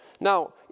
Now